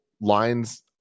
lines